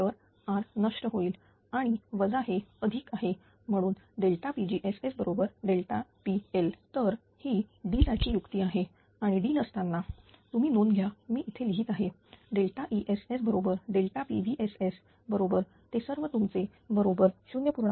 तर R नष्ट होईल आणि वजा हे अधिक आहे म्हणून pgss बरोबर pL तर ही D साठी युक्ती आहे आणि D नसताना तुम्ही नोंद घ्या मी इथे लिहिले आहेESS बरोबरpVSS बरोबर ते सर्व तुमचे बरोबर 0